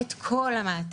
את כל המעטפת,